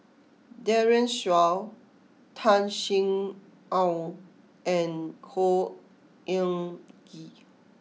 Daren Shiau Tan Sin Aun and Khor Ean Ghee